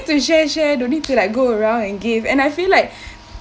to share share don't need to like go around and give and I feel like